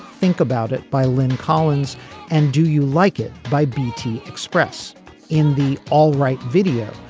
think about it. by lynn collins and do you like it by beatty express in the all right video.